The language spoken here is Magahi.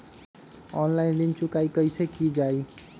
ऑनलाइन ऋण चुकाई कईसे की ञाई?